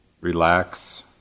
relax